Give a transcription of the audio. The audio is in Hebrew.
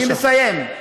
אני מסיים.